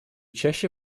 чаще